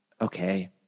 okay